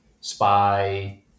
spy